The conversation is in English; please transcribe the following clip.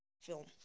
film